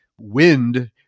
wind